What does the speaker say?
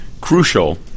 crucial